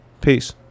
Peace